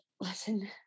listen